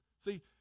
See